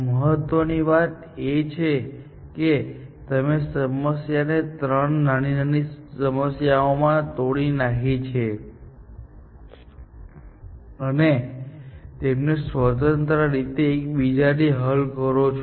મહત્ત્વની વાત એ છે કે તમે સમસ્યાને ત્રણ નાની સમસ્યાઓમાં તોડી નાખી છે અને તેમને સ્વતંત્ર રીતે એકબીજાથી હલ કરો છો